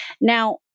Now